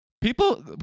People